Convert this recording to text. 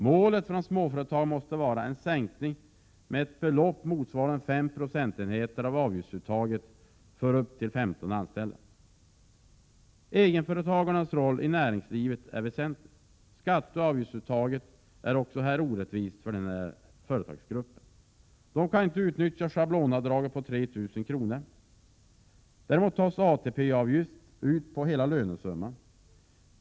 Målet bör vara en sänkning med ett belopp motsvarande 5 procentenheter av avgiftsuttaget för de första 15 anställda. Egenföretagarnas roll i näringslivet är väsentlig. Skatteoch avgiftsuttaget är dock orättvist för denna företagsgrupp. Schablonavdraget på 3 000 kr. kan inte utnyttjas av den som är egenföretagare. ATP-avgift tas ut på hela lönesumman.